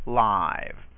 live